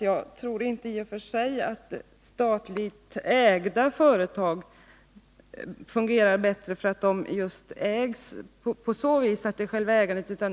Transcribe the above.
Jagtror inte i och för sig att statligt ägda företag fungerar bättre på grund av själva ägandet.